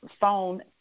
phone